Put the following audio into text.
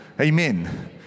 amen